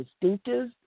distinctive